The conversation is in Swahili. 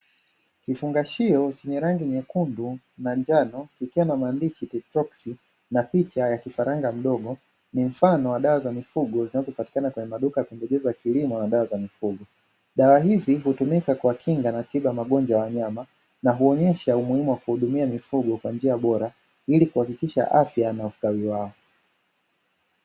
Kifungashio chenye rangi nyekundu na njano, ikiwa na maandishi kitoksi na picha ya kifaranga mdogo, ni mfano wa dawa za mifugo zinazopatikana kwenye maduka ya pembejeo za mkulima na dawa za mifugo. Dawa hizi hutumika kwa kinga na tiba ya magonjwa ya wanyama na huonyesha umuhimu wa kuhudumia mifugo kwa njia bora ili kuhakikisha afya na ustawi wao.